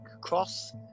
Cross